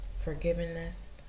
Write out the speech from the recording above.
forgiveness